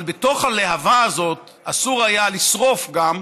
אבל בתוך הלהבה הזאת אסור היה לשרוף גם,